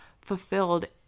fulfilled